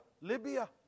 Libya